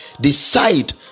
decide